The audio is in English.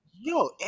Yo